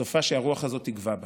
סופה שהרוח הזאת תגווע בה".